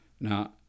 Now